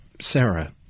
Sarah